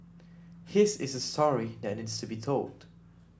his is a story that needs to be told